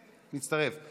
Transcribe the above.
מצטרף.